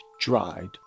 dried